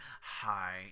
Hi